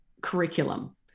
curriculum